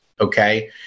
okay